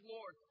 Lord